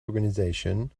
organization